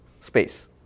space